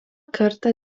kartą